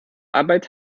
arbeit